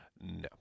No